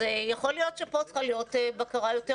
יכול להיות שפה צריכה להיות בקרה יותר